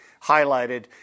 highlighted